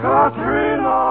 Katrina